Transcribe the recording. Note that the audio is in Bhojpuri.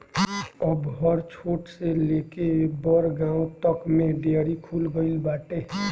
अब हर छोट से लेके बड़ गांव तक में डेयरी खुल गईल बाटे